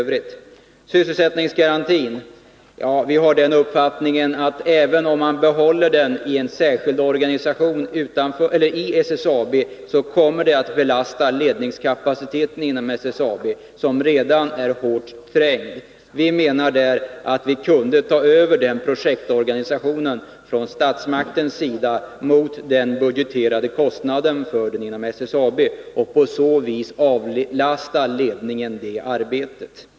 Vi har den uppfattningen att även om man behåller sysselsättningsgarantin i en särskild organisation inom SSAB kommer den att belasta ledningskapaciteten inom SSAB, som redan är hårt trängd. Vi menar att statsmakten kunde ta över den projektorganisationen mot den budgeterade kostnaden för den inom SSAB och på så sätt avlasta ledningen det arbetet.